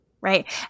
right